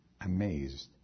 amazed